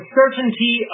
certainty